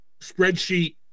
spreadsheet